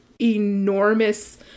enormous